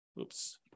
oops